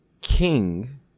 king